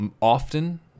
often